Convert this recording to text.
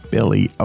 Billy